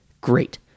Great